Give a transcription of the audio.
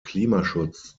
klimaschutz